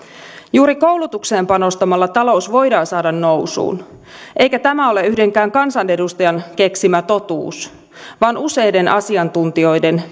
juuri koulutukseen panostamalla talous voidaan saada nousuun eikä tämä ole yhdenkään kansanedustajan keksimä totuus vaan useiden asiantuntijoiden